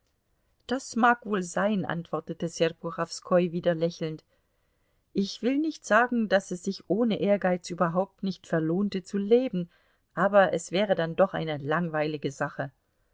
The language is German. das mag wohl sein antwortete serpuchowskoi wieder lächelnd ich will nicht sagen daß es sich ohne ehrgeiz überhaupt nicht verlohnte zu leben aber es wäre dann doch eine langweilige sache